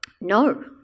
No